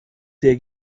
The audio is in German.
der